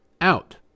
out